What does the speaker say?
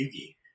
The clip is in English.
Yugi